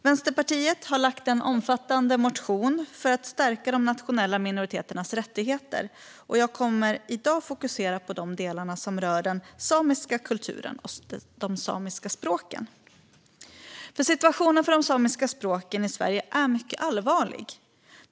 Vänsterpartiet har väckt en omfattande motion för att stärka de nationella minoriteternas rättigheter. Jag kommer i dag att fokusera på de delar som rör den samiska kulturen och de samiska språken. Situationen för de samiska språken i Sverige är mycket allvarlig.